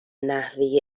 نحوه